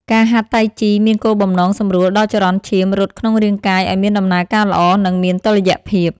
ការហាត់តៃជីមានគោលបំណងសម្រួលដល់ចរន្តឈាមរត់ក្នុងរាងកាយឱ្យមានដំណើរការល្អ និងមានតុល្យភាព។